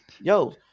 Yo